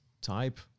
type